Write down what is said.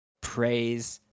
Praise